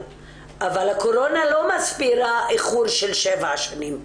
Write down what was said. אבל הקורונה לא מסבירה איחור של שבע שנים.